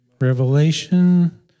Revelation